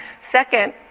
Second